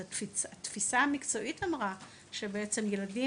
אז התפיסה המקצועית אמרה שבעצם ילדים,